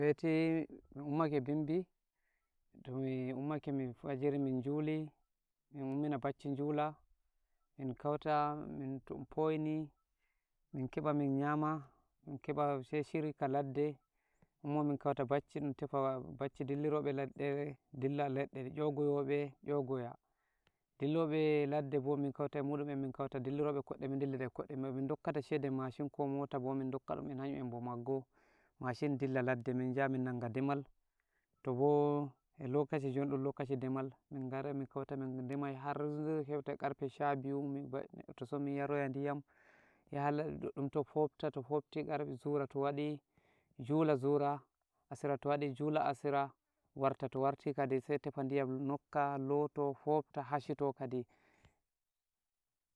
weti min ummake bimbi, tomi ummake min fajiri min njuli, min ummina bacci njula, min kauta, to min poini, min keɓa min nyama, min keɓa sai shiri ka ladde, ummo min kauta bacci ɗun tefa bacci dilliroɓe ladde, dilla laɗɗe, njogoyobe njogoya, dillobe ladde bo, min kauta emuɗum en, min kauta dillirobe e kotstse, min dillira e kotstse, be min dokkata shede mashin ko mota bo, min dokkaɗum en, hanun en bo maggo mashin, dilla ladde, min njaha min nanga demal, to bo lokashi jon ɗun lokashi demal, min ngarai, min keuti, min demai har heuta karfe sha biyu, neɗɗo to somi yarowa diyam, yha la ɗuɗɗuto, fopta, to fopti, zura to waɗi, jula zura, asira to waɗi, jula asira, warta to warti kadi, sai tefa diyam nokka, loto, fopta, hashito kadi.